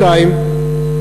שנית,